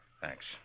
Thanks